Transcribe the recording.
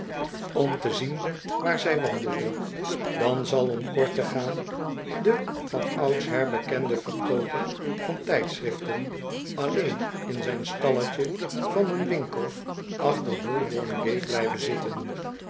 om te zien waar hij wandelde dan zal om kort te gaan de van oudsher bekende verkooper van tijdschriften alleen in zijn stalletje van een winkel achter holborn oate blijven zitten